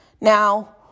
Now